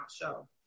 show